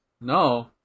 No